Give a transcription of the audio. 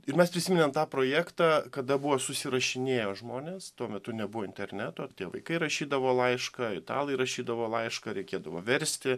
ir mes prisiminėm tą projektą kada buvo susirašinėjo žmonės tuo metu nebuvo interneto ir tie vaikai rašydavo laišką italai rašydavo laišką reikėdavo versti